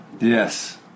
Yes